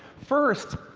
first,